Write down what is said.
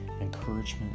encouragement